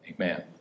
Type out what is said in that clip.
Amen